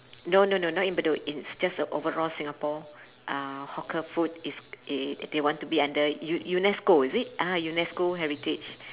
no no no not in bedok it's just a overall singapore uh hawker food it's th~ they want to be under U~ UNESCO is it ah UNESCO heritage